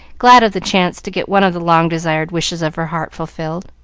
glad of the chance to get one of the long-desired wishes of her heart fulfilled.